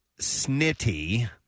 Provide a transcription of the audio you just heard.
snitty